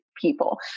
people